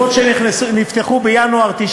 אני אומר, יש שתי סיבות.